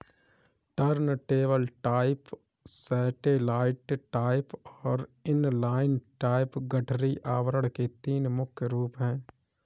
turntable type, satellite type और inline type गठरी आवरण के तीन मुख्य रूप है